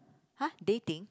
!huh! dating